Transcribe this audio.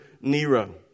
Nero